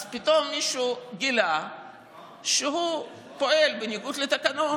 אז פתאום מישהו גילה שהוא פועל בניגוד לתקנון